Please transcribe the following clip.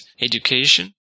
education